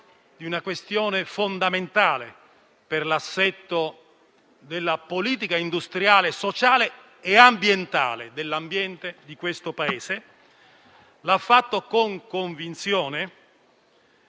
di una questione fondamentale per l'assetto della politica industriale, sociale e ambientale di questo Paese. L'ha fatto con convinzione,